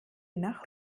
nach